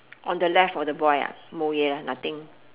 on the left of the boy ah mou je lah nothing